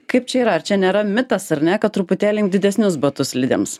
kaip čia yra ar čia nėra mitas ar ne kad truputėlį imt didesnius batus slidėms